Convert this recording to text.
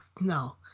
no